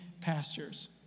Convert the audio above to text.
pastures